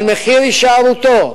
אבל מחיר הישארותו,